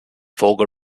volga